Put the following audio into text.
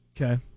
Okay